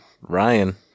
Ryan